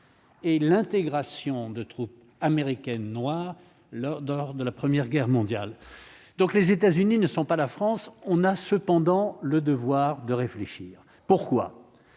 et l'intégration de troupes américaines noir lors d'or de la première guerre mondiale, donc les États-Unis ne sont pas la France, on a cependant le devoir de réfléchir pourquoi